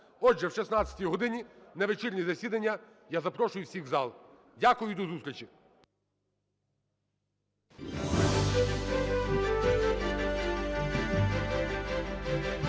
Отже, о 16 годині на вечірнє засідання я запрошую всіх в зал. Дякую. До зустрічі.